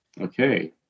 okay